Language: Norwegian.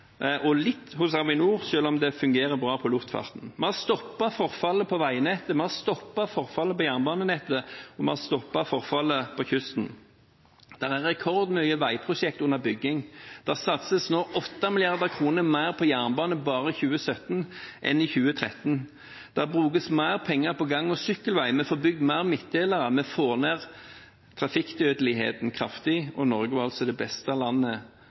og litt hos Avinor, selv om luftfarten fungerer bra. Vi har stoppet forfallet på veinettet, på jernbanenettet og på kysten. Rekordmange veiprosjekter er under bygging. Det satses 8 mrd. kr mer på jernbane bare i 2017 enn i 2013, det brukes mer penger på gang- og sykkelvei, vi får bygd flere midtdelere, og vi får ned trafikkdødeligheten kraftig. Norge var det beste landet